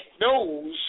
knows